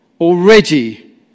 already